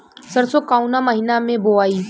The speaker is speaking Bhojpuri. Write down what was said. सरसो काउना महीना मे बोआई?